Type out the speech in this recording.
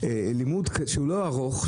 בלימוד שהוא לא ארוך,